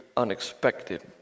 unexpected